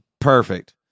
Perfect